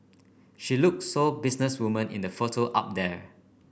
she look so business woman in the photo up there